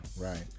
Right